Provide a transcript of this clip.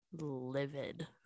livid